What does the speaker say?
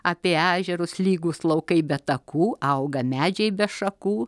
apie ežerus lygūs laukai be takų auga medžiai be šakų